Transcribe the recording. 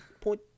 point